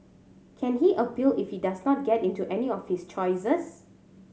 can he appeal if he does not get into any of his choices